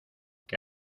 que